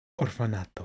Orfanato